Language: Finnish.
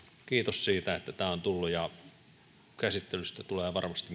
kiitos siitä että tämä on tullut käsittelystä tulee varmasti